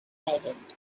island